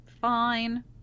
fine